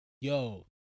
yo